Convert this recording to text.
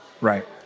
Right